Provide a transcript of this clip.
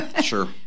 sure